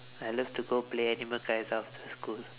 I love to go play animal kaiser after school